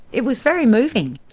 it was very moving.